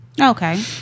Okay